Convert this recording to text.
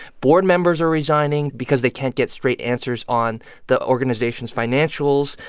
board members are resigning because they can't get straight answers on the organization's financials.